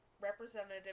Representative